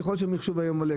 ככל שהמחשוב היום עולה,